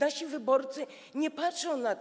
Nasi wyborcy nie patrzą na to.